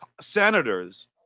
senators